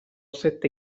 sette